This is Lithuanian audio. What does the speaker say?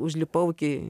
užlipau iki